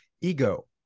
ego